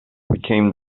became